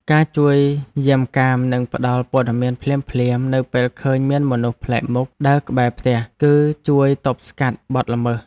ការជួយយាមកាមនិងផ្តល់ព័ត៌មានភ្លាមៗនៅពេលឃើញមានមនុស្សប្លែកមុខដើរក្បែរផ្ទះ គឺជួយទប់ស្កាត់បទល្មើស។